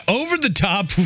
over-the-top